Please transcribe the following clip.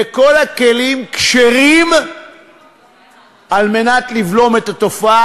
וכל הכלים כשרים כדי לבלום את התופעה